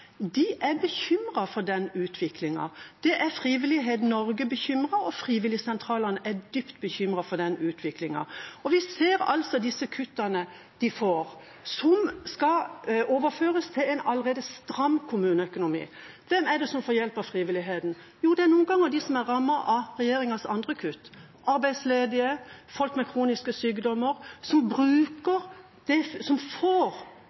De er bekymret for utviklingen. Frivillighet Norge er bekymret, og frivilligsentralene er dypt bekymret for den utviklingen. Vi ser altså at kuttene skal overføres til en allerede stram kommuneøkonomi. Hvem er det som får hjelp av frivilligheten? Jo, det er noen ganger de som er rammet av regjeringas andre kutt – arbeidsledige, folk med kroniske sykdommer – som